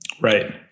Right